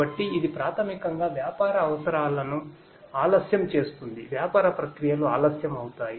కాబట్టి ఇది ప్రాథమికంగా వ్యాపార అవసరాలను ఆలస్యం చేస్తుంది వ్యాపార ప్రక్రియలు ఆలస్యం అవుతాయి